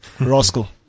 Rascal